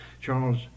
charles